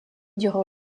durant